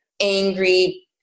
Angry